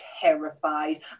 terrified